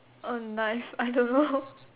uh nice I don't know